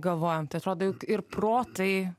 galvojam tai atrodo jog ir protai